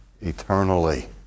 eternally